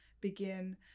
begin